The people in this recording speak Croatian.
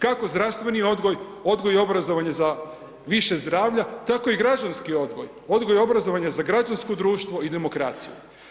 Kako zdravstveni odgoj, odgoj i obrazovanje za više zdravlja tako i građanski odgoj, odgoj obrazovanja za građansko društvo i demokraciju.